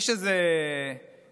עם המסרים, איזו תקווה יש לנו?